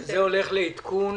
זה הולך לעדכון